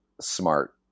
smart